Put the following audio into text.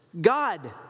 God